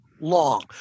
long